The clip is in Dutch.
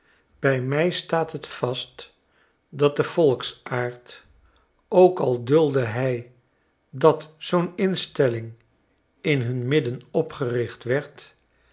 h mij staat het vast dat de volksaard ook al duldde hij dat zoo'n instelling in hun midden opgericht werd